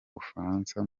bufaransa